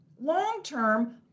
Long-term